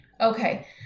Okay